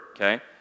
Okay